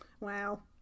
Wow